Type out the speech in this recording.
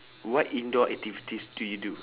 what indoor activities do you do